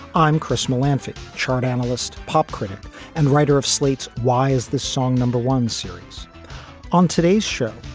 i'm chris milanovic, chart analyst, pop critic and writer of slate's why is the song number one series on today's show?